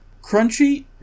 Crunchy